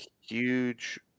huge